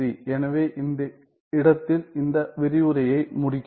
எனவே இந்த இடத்தில் இந்த விரிவுரையை முடிக்கிறேன்